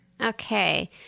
Okay